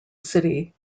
city